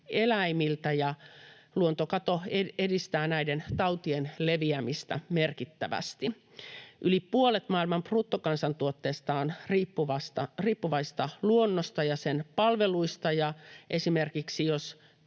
eläimiltä ja luontokato edistää näiden tautien leviämistä merkittävästi. Yli puolet maailman bruttokansantuotteesta on riippuvaista luonnosta ja sen palveluista. Esimerkiksi jos